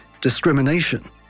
discrimination